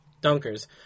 dunkers